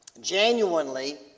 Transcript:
genuinely